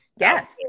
Yes